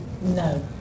No